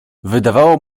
wydawało